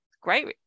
great